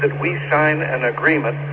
and we sign an agreement